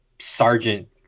sergeant